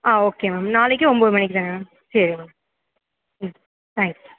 ஆ okay ma'am நாளைக்கு ஒன்போது மணிக்குத் தானே சரி மேம் ம் தேங்க்ஸ்